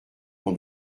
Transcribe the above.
nom